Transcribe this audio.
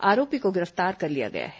आरोपी को गिरफ्तार कर लिया गया है